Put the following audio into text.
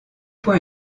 point